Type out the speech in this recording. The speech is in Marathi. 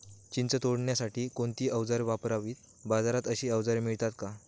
चिंच तोडण्यासाठी कोणती औजारे वापरावीत? बाजारात अशी औजारे मिळतात का?